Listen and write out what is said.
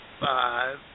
five